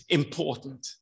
important